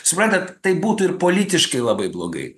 suprantat tai būtų ir politiškai labai blogai